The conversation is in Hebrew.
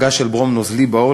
מגע של ברום נוזלי בעור,